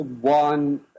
one